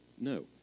No